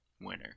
winner